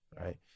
right